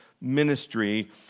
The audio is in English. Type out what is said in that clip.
ministry